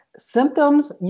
Symptoms